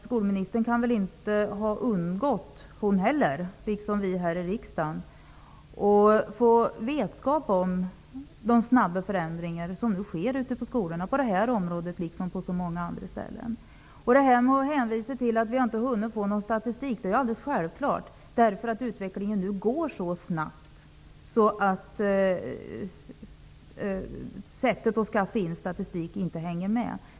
Skolministern kan väl inte ha undgått, hon heller, lika litet som vi här i riksdagen, att få vetskap om de snabba förändringar som nu sker ute på skolorna på det här området liksom på andra områden. Statsrådet hänvisar till att man inte hunnit få fram statistik. Det är alldeles självklart, därför att utvecklingen nu går så snabbt att man inte hänger med.